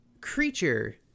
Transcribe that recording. creature